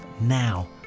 now